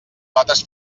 notes